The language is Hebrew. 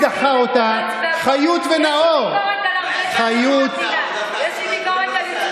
אתם אופוזיציה לביטחון ישראל,